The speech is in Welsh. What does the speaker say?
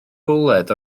bwled